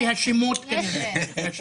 על פי השמות כנראה שכן.